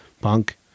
punk